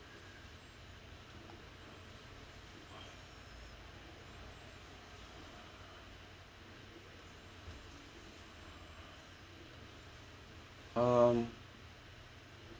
um